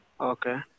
Okay